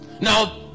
now